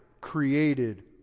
created